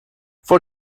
for